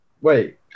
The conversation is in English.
Wait